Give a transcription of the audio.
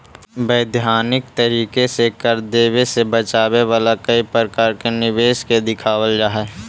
वैधानिक तरीके से कर देवे से बचावे वाला कई प्रकार के निवेश के दिखावल जा हई